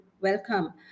welcome